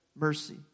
mercy